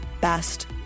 best